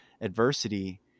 adversity